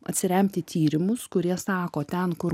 atsiremt į tyrimus kurie sako ten kur